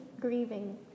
grieving